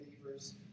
believers